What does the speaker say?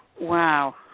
Wow